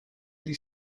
ydy